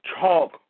talk